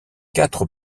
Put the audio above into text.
quatre